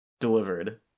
delivered